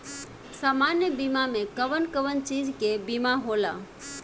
सामान्य बीमा में कवन कवन चीज के बीमा होला?